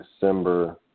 December